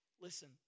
Listen